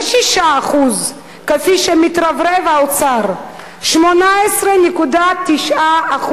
לא 6% כפי שמתרברב האוצר, אלא 18.9%,